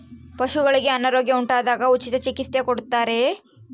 ಪಶುಗಳಿಗೆ ಅನಾರೋಗ್ಯ ಉಂಟಾದಾಗ ಉಚಿತ ಚಿಕಿತ್ಸೆ ಕೊಡುತ್ತಾರೆಯೇ?